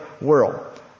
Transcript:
world